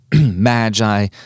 magi